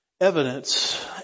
evidence